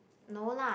no lah